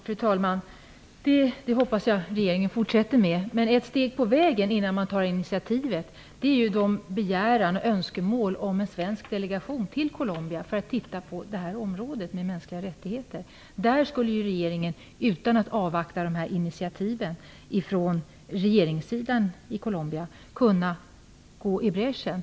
Fru talman! Det hoppas jag att regeringen fortsätter med. Men ett steg på vägen, innan det tas något initiativ, är att tillgodose begäran om en svensk delegation till Colombia för att se över hur de mänskliga rättigheterna respekteras. På det området skulle regeringen, utan att avvakta några initiativ från regeringssidan i Colombia, kunna gå i bräschen.